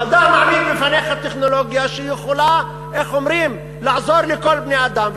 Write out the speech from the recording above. המדע מעמיד בפניך טכנולוגיה שיכולה לעזור לכל בני-האדם,